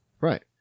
Right